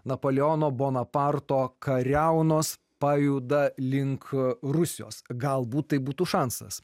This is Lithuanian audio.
napoleono bonaparto kariaunos pajuda link rusijos galbūt tai būtų šansas